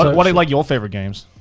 what are like your favorite games?